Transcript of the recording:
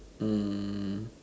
mm